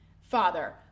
Father